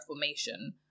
reformation